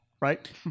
Right